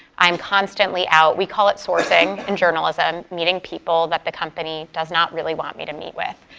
i'm constantly out, we call it sourcing in journalism. meeting people that the company does not really want me to meet with.